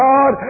God